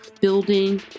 building